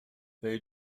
they